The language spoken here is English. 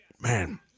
Man